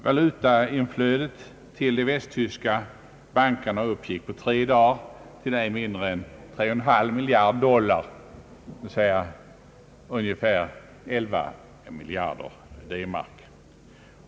Valutainflödet till de västtyska bankerna uppgick på tre dagar till ej mindre än 3,5 miljarder dollar eller ungefär 11 miljarder D-mark.